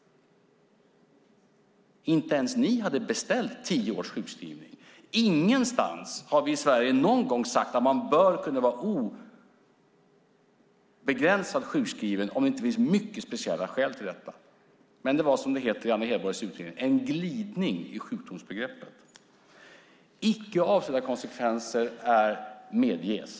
Inte ens ni hade beställt tio års sjukskrivning. Ingenstans har vi i Sverige någon gång sagt att man bör kunna vara obegränsat sjukskriven om det inte finns mycket speciella skäl till detta. Men det var, som det heter i Anna Hedborgs utredning, en glidning i sjukdomsbegreppet. Icke avsedda konsekvenser medges.